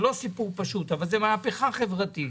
זה לא סיפור פשוט אבל זו מהפכה חברתית